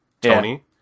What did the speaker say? Tony